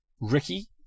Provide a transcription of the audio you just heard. Ricky